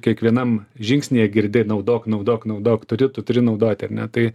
kiekvienam žingsnyje girdi naudok naudok naudok turi tu turi naudoti ar ne tai